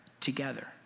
together